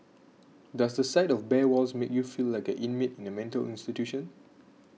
does the sight of bare walls make you feel like an inmate in a mental institution